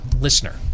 listener